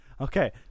Okay